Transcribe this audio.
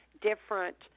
different